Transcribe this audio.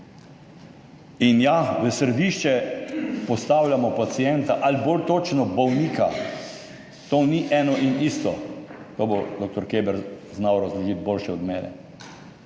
Ja, v središče postavljamo pacienta, ali bolj točno, bolnika. To ni eno in isto, to bo dr. Keber znal razložiti boljše od mene.